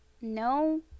no